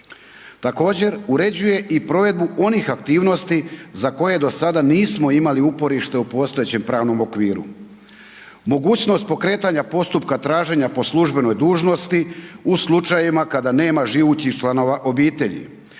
Također uređuje i provedbu onih aktivnosti za koje do sada nismo imali uporište u postojećem pravnom okviru. Mogućnost pokretanja postupka traženja po službenoj dužnosti u slučajevima kada nema živućih članova obitelji,